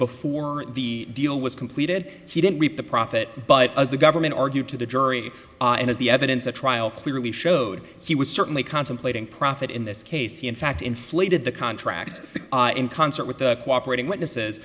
before the deal was completed he didn't meet the prophet but as the government argued to the jury and as the evidence at trial clearly showed he was certainly contemplating profit in this case he in fact inflated the contract in concert with the cooperated witnesses